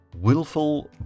willful